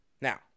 Now